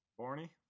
Borny